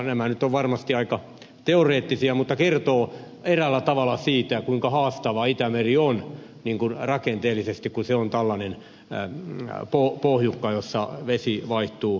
nämä nyt ovat varmasti aika teoreettisia vaihtoehtoja mutta kertovat eräällä tavalla siitä kuinka haastava itämeri on rakenteellisesti kun se on tällainen pohjukka jossa vesi vaihtuu hitaasti